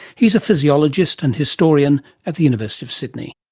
he's a physiologist and historian at the university of sydney.